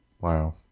Wow